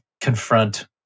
confront